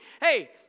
Hey